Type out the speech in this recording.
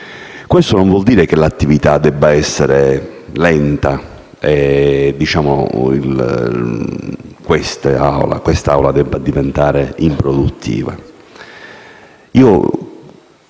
Questo non vuol dire che l'attività debba essere lenta e che quest'Assemblea debba diventare improduttiva.